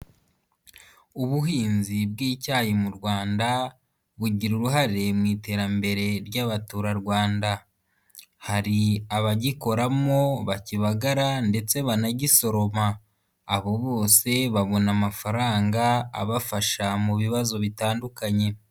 Ubuhinzi bw'icyayi mu rwanda bugira uruhare mu iterambere ry'abaturarwanda, hari abagikoramo, bakibaga ndetse banagisoroma, abo bose babona amafaranga abafasha mu bibazo bitandukanye.